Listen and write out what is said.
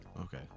Okay